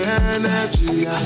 energy